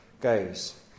goes